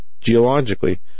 Geologically